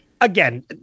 Again